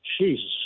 Jesus